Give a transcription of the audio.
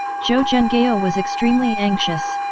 zhou zhenghao ah was extremely anxious.